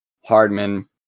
Hardman